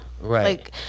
right